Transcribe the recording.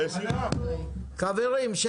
כמו